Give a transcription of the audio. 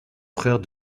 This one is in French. frère